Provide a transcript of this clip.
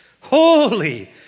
holy